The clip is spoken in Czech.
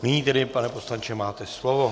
Nyní tedy, pane poslanče, máte slovo.